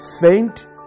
faint